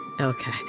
Okay